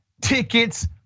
tickets